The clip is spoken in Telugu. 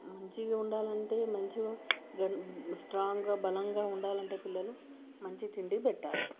మంచిగా ఉండాలంటే మంచిగా స్ట్రాంగా బలంగా ఉండాలంటే పిల్లలు మంచి తిండి పెట్టాలి